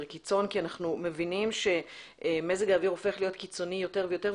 קיצון כי אנחנו מבינים שמזג האוויר הופך להיות קיצוני יותר ויותר,